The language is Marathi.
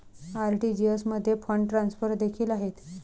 आर.टी.जी.एस मध्ये फंड ट्रान्सफर देखील आहेत